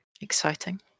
Exciting